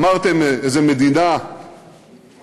אמרתם איזו מדינה קטנה,